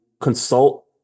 consult